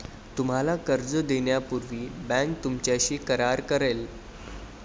तुम्हाला कर्ज देण्यापूर्वी बँक तुमच्याशी करार करेल